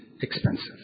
expensive